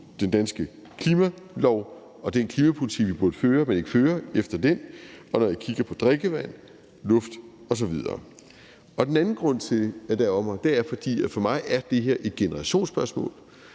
den danske klimalov og den klimapolitik, vi burde føre efter den, men ikke fører, og når jeg kigger på drikkevand, luft osv. Den anden grund til, at det ærgrer mig, er, at for mig er det her et generationsspørgsmål.